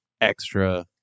extra